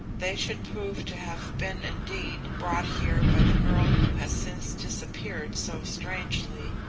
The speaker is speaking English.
they should prove to have been indeed brought here by the girl who has since disappeared so strangely,